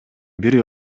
бир